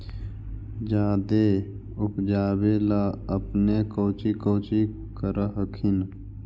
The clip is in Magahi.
जादे उपजाबे ले अपने कौची कौची कर हखिन?